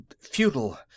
futile